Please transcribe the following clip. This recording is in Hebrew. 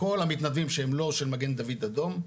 כל המתנדבים שהם לא ממגן דוד אדום,